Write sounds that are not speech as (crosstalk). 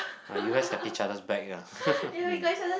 ah you guys have each other's back ya (laughs)